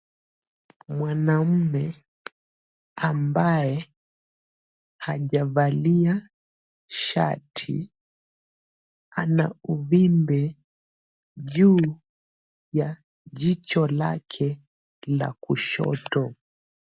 Mwanaume ambaye hajavalia shati ana uvimbe juu ya jicho lake la kushoto.